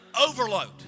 overload